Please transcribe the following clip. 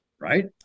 Right